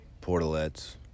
portalettes